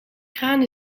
kraan